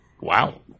Wow